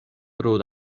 tro